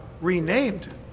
renamed